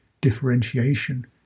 differentiation